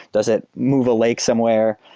does it move a lake somewhere?